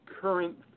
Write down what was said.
current